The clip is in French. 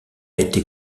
été